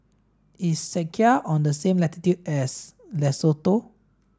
is Czechia on the same latitude as Lesotho